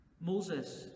Moses